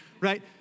right